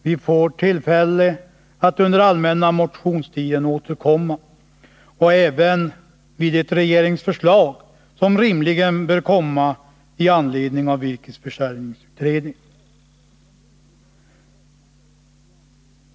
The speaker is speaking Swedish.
Vi får tillfälle att återkomma under den allmänna motionstiden och även i samband med det regeringsförslag som rimligen bör komma med anledning av virkesförsörjningsutredningen.